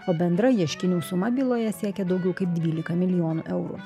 o bendra ieškinių suma byloje siekė daugiau kaip dvylika milijonų eurų